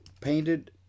painted